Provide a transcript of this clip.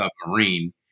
submarine